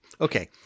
Okay